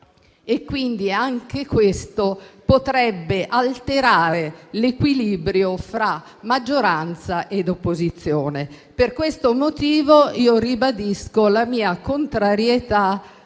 prima, e anche questo potrebbe alterare l'equilibrio fra maggioranza e opposizione. Per tale motivo, ribadisco la mia contrarietà